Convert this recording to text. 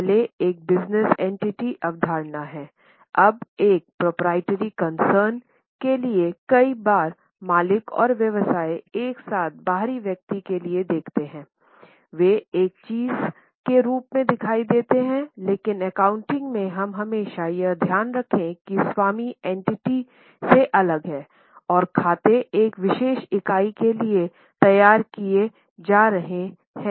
पहले एक business entity के लिए कई बार मालिक और व्यवसाय एक साथ बाहरी व्यक्ति के लिए देखते हैं वे एक चीज के रूप में दिखाई देते हैं लेकिन एकाउंटिंग में हम हमेशा यह ध्यान रखें कि स्वामी एंटिटी से अलग है और खाते एक विशेष इकाई के लिए तैयार किए जा रहे हैं